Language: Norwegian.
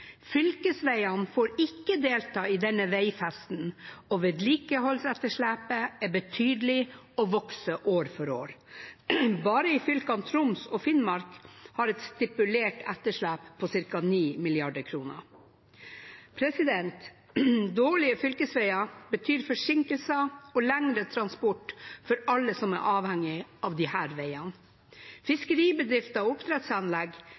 Fylkesveiene får ikke delta i denne veifesten, og vedlikeholdsetterslepet er betydelig og vokser år for år. Bare fylkene Troms og Finnmark har et stipulert etterslep på ca. 9 mrd. kr. Dårlige fylkesveier betyr forsinkelser og lengre transport for alle som er avhengig av disse veiene. Fiskeribedrifter og oppdrettsanlegg